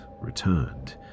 returned